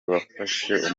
wafashe